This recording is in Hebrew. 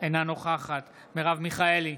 אינה נוכחת מרב מיכאלי,